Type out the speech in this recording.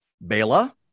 Bela